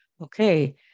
okay